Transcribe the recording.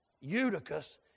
Eutychus